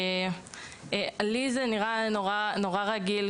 לי זה נראה נורא רגיל,